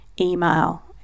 email